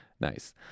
Nice